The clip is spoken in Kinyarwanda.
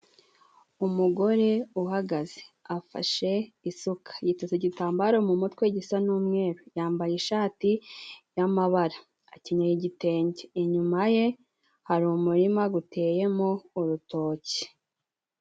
Umugore uhagaze afashe isuka yiteze igitambaro mu mutwe gisa n'umweru yambaye ishati yamabara akenyeye igitenge inyuma ye hari umurima guteyemo urutoki.